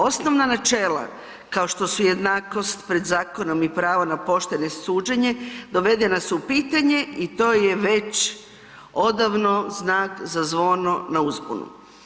Osnovna načela kao što su jednakost pred zakonom i pravo na pošteno suđenje, dovedena su u pitanje i to je već odavno znak za zvono na uzbunu.